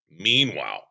Meanwhile